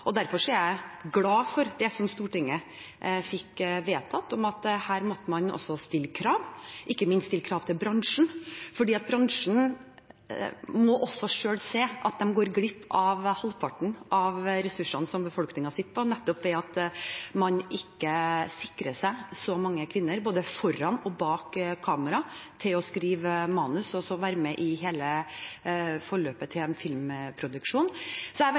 og derfor er jeg glad for det som Stortinget fikk vedtatt, at man også må stille krav – ikke minst til bransjen. Bransjen må også selv se at den går glipp av halvparten av ressursene som befolkningen sitter på, nettopp ved at man ikke sikrer seg så mange kvinner foran og bak kamera, til å skrive manus og til være med i hele forløpet i en filmproduksjon. Jeg er veldig glad for at bransjen selv har vært aktiv, og jeg opplever også at bransjen er